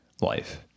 life